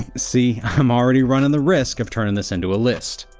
see? i'm already running the risk of turning this into a list.